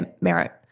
merit